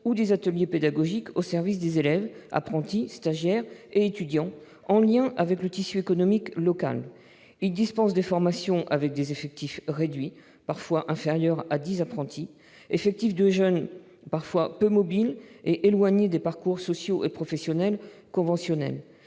ou des ateliers pédagogiques au service des élèves, apprentis, stagiaires et étudiants, en lien avec le tissu économique local. Ils dispensent des formations avec des effectifs parfois inférieurs à 10 apprentis, qui sont parfois des jeunes peu mobiles et éloignés des parcours sociaux et professionnels conventionnels.